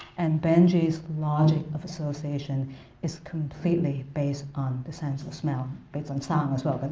and benjy's logic of association is completely based on the sense of smell. based on sound as well, but